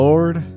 Lord